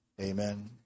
amen